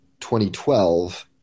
2012